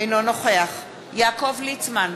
אינו נוכח יעקב ליצמן,